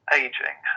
aging